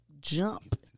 jump